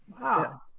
Wow